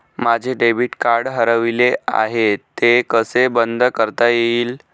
माझे debit card हरवले आहे ते कसे बंद करता येईल?